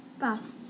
Pass